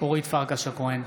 אורית פרקש הכהן,